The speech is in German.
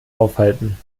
aufhalten